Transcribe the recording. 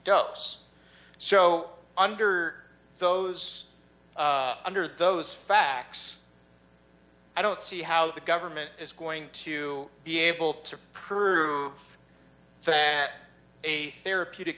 dose so under those under those facts i don't see how the government is going to be able to prove fat a therapeutic